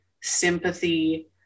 sympathy